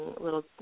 little